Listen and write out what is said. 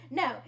no